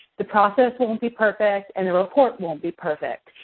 the process won't be perfect, and the report won't be perfect.